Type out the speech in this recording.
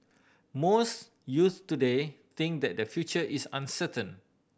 most youths today think that their future is uncertain